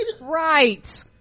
Right